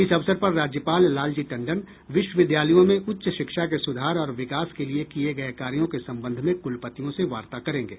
इस अवसर पर राज्यपाल लालजी टंडन विश्वविद्यालयों में उच्च शिक्षा के सुधार और विकास के लिए किये गये कार्यो के संबंध में कुलपतियों से वार्ता करेंगे